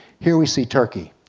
here we see turkey.